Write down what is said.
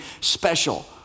special